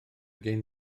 gen